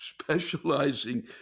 Specializing